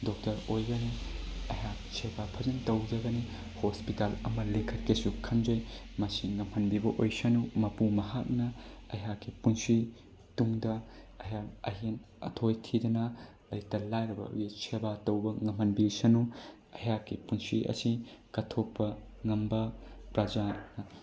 doctor ꯑꯣꯏꯒꯅꯤ ꯑꯩꯍꯥꯛ ꯁꯦꯕꯥ ꯐꯖꯅ ꯇꯧꯖꯒꯅꯤ ꯍꯣꯁꯄꯤꯇꯥꯜ ꯑꯃ ꯂꯤꯡꯈꯠꯀꯦꯁꯨ ꯈꯟꯖꯩ ꯃꯁꯤ ꯉꯝꯍꯟꯕꯤꯕ ꯑꯣꯏꯁꯅꯨ ꯃꯄꯨ ꯃꯍꯥꯛꯅ ꯑꯩꯍꯥꯛꯀꯤ ꯄꯨꯟꯁꯤ ꯇꯨꯡꯗ ꯑꯩꯍꯥꯛ ꯑꯍꯦꯟ ꯑꯊꯣꯏ ꯊꯤꯗꯅ ꯂꯩꯇ ꯂꯥꯏꯔꯕꯒꯤ ꯁꯦꯕꯥ ꯇꯧꯕ ꯉꯝꯍꯟꯕꯤꯁꯅꯨ ꯑꯩꯍꯥꯛꯀꯤ ꯄꯨꯟꯁꯤ ꯑꯁꯤ ꯀꯠꯊꯣꯛꯄ ꯉꯝꯕ ꯄ꯭ꯔꯖꯥ